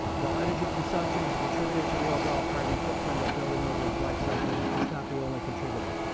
while energy consumption is a contributor to the overall carbon footprint of a building over its life cycle it's not the only contributor.